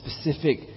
specific